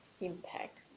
impact